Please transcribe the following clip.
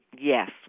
yes